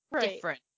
different